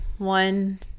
One